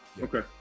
okay